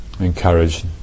encourage